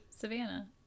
Savannah